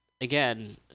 again